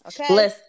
okay